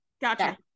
gotcha